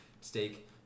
steak